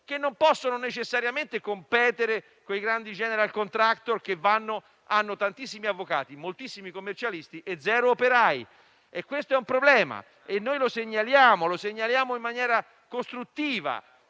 che non possono necessariamente competere con i grandi *general contractor* che hanno tantissimi avvocati e commercialisti, ma zero operai. Questo è un problema e lo segnaliamo in maniera costruttiva,